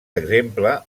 exemple